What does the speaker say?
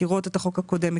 מכירות את החוק הקודם,